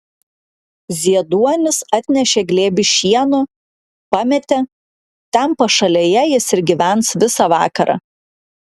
zieduonis atnešė glėbį šieno pametė ten pašalėje jis ir gyvens visą vakarą